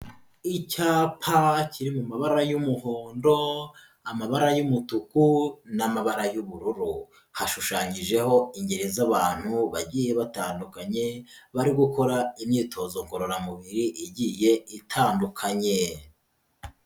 Icyapa kiri mu mabara y'umuhondo, amabara y'umutuku n'amabara y'ubururu, hashushanyijeho ingeri z'abantu bagiye batandukanye bari gukora imyitozo ngororamubiri igiye itandukanye.